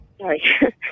sorry